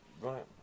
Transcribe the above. Right